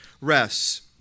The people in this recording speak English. rests